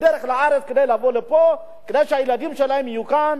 בדרך לארץ, כדי לבוא לפה, כדי שהילדים יהיו כאן